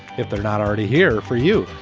if they're not already here for you.